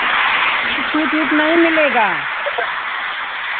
इ छूट ऊट नहीं मिलेगा